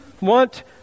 want